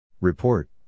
Report